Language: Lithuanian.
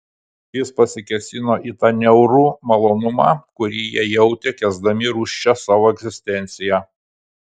jis pasikėsino į tą niaurų malonumą kurį jie jautė kęsdami rūsčią savo egzistenciją